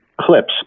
clips